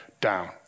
down